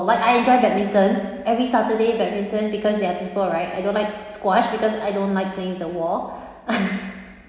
what I enjoy badminton every saturday badminton because there are people right I don't like squash because I don't like playing with the wall